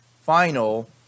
final